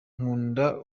nkunda